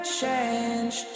change